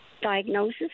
diagnosis